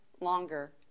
longer